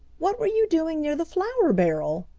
what were you doing near the flour barrel?